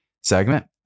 segment